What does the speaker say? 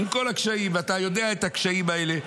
ואתה יודע את הקשיים האלה,